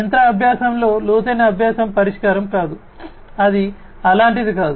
యంత్ర అభ్యాసంలో లోతైన అభ్యాసం పరిష్కారం కాదు అది అలాంటిది కాదు